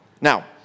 Now